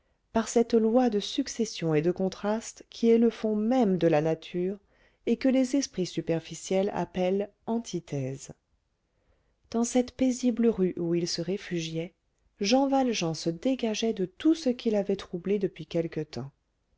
par cette loi de succession et de contraste qui est le fond même de la nature et que les esprits superficiels appellent antithèse dans cette paisible rue où il se réfugiait jean valjean se dégageait de tout ce qui l'avait troublé depuis quelque temps